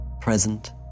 present